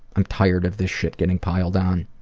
i'm tired of this shit getting piled on.